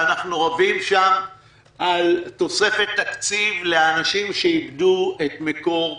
ואנחנו רבים שם על תוספת תקציב לאנשים שאיבדו את מקור פרנסתם.